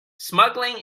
smuggling